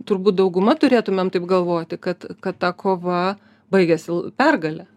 turbūt dauguma turėtumėm taip galvoti kad kad ta kova baigėsi pergale